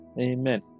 Amen